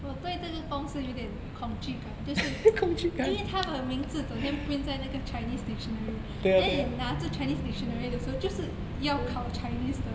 我对这个公司有点恐惧感就是因为他的名字整天 print 在那个 chinese dictionary then 你拿着 chinese dictionary 的时候就是要考 chinese 的